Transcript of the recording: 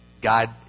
God